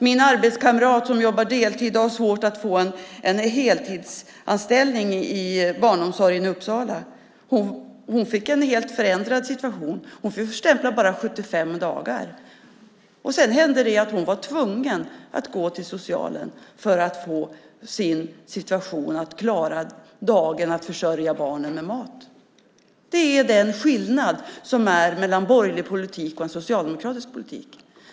Min arbetskamrat som jobbar deltid och har svårt att få en heltidsanställning i barnomsorgen i Uppsala fick en helt förändrad situation. Hon fick stämpla bara 75 dagar. Sedan var hon tvungen att gå till socialen för att klara dagen och försörja barnen med mat. Det är den skillnad som är mellan en borgerlig politik och en socialdemokratisk politik.